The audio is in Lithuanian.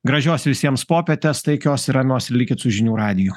gražios visiems popietės taikios ir ramios ir likit su žinių radiju